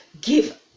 give